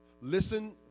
Listen